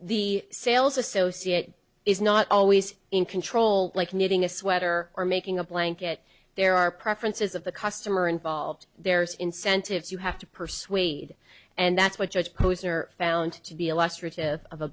the sales associate is not always in control like knitting a sweater or making a blanket there are preferences of the customer involved there's incentives you have to persuade and that's what judge posner found to be illustrative of a